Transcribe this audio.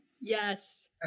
Yes